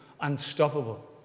unstoppable